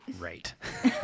right